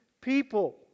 people